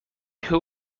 who